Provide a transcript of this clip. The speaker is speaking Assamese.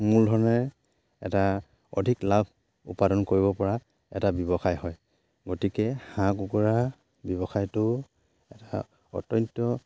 মূলধনেৰে এটা অধিক লাভ উপাদন কৰিব পৰা এটা ব্যৱসায় হয় গতিকে হাঁহ কুকুৰা ব্যৱসায়টো এটা অত্যন্ত